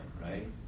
right